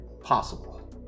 possible